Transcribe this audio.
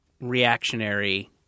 reactionary